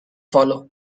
follow